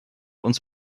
uns